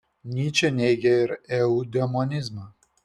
nyčė neigė ir eudemonizmą